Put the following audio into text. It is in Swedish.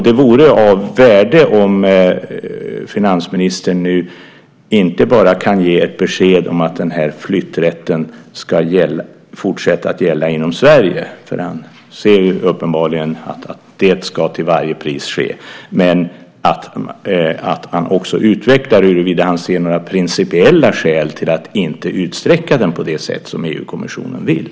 Det vore av värde om finansministern inte bara kan ge besked om att flytträtten ska fortsätta att gälla inom Sverige - det ska uppenbarligen till varje pris ske - men att han också utvecklar huruvida han ser några principiella skäl till att inte utsträcka rätten på det sätt som EU-kommissionen vill.